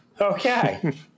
Okay